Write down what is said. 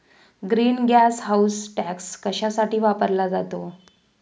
Green gas house tax कशासाठी वापरला जातो?